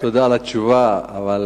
תודה על התשובה, אבל